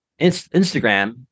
Instagram